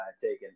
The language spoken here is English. taken